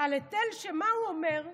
על היטל, שמה הוא אומר?